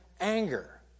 anger